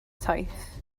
taith